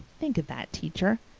think of that, teacher,